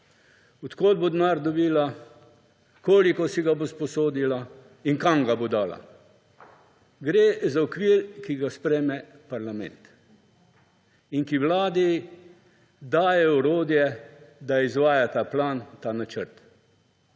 od kod bo denar dobila, koliko si ga bo sposodila in kam ga bo dala. Gre za okvir, ki ga sprejme parlament in ki vladi daje orodje, da izvaja ta plan, ta načrt.